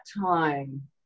time